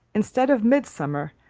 instead of midsummer,